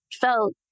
felt